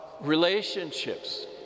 relationships